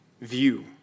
view